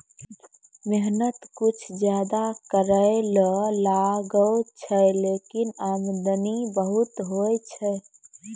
मेहनत कुछ ज्यादा करै ल लागै छै, लेकिन आमदनी बहुत होय छै